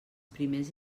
primers